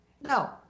No